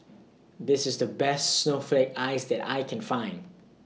This IS The Best Snowflake Ice that I Can Find